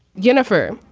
jennifer.